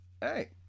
Hey